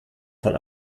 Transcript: von